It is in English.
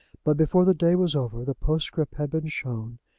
but before the day was over the postscript had been shown,